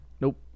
Nope